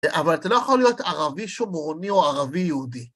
אבל אתה לא יכול להיות ערבי שומרוני או ערבי יהודי.